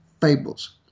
fables